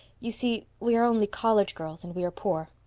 you see, we are only college girls and we are poor.